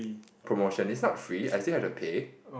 promotion is not free I still have to pay